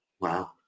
Wow